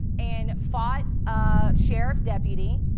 and fought a sheriff deputy.